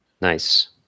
Nice